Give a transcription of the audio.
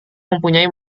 mempunyai